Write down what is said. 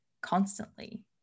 constantly